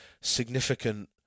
significant